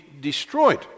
destroyed